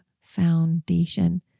foundation